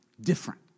Different